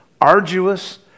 arduous